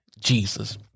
Jesus